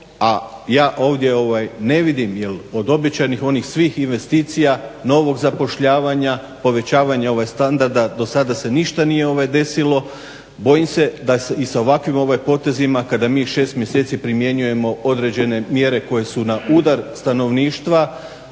a ja ovdje ne vidim jel od obećanih onih svih investicija novog zapošljavanja, povećavanja standarda do sada se ništa nije desilo. Bojim se da se i sa ovakvim potezima kada mi 6 mjeseci primjenjujemo određene mjere koje su na udar stanovništva,